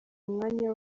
umwanya